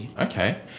Okay